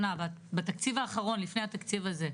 בתקציב האחרון לפני התקציב הזה,